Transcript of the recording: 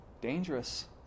dangerous